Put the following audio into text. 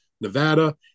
Nevada